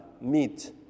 meet